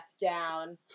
down